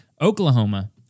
Oklahoma